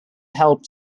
helped